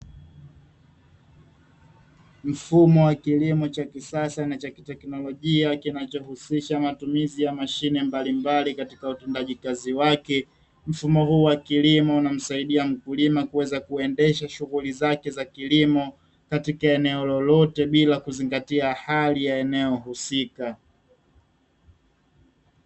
Mfumo wa kilimo cha kisasa na cha kiteknolojia, kinachohusisha matumizi ya mashine mbalimbali katika utendaji kazi wake, mfumo huu wa kilimo unamsaidia mkulima kuweza kuendesha shughuli zake za kilimo, katika eneo lolote bila kuzingatia hali ya eneo husika.